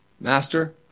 Master